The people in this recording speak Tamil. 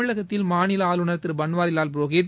தமிழகத்தில் மாநில ஆளுநர் திரு பன்வாரிலால் புரோஹித்